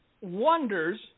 wonders